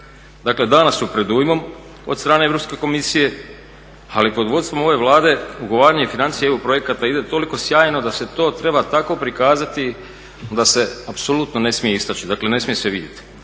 dakle dana su predujmom od strane Europske komisije, ali pod vodstvom ove Vlade ugovaranje financija eu projekata ide toliko sjajno da se to treba tako prikazati da se apsolutno ne smije istaći, dakle ne smije se vidjeti.